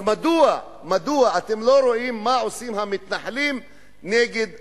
אז מדוע אתם לא רואים מה עושים המתנחלים נגד האנשים,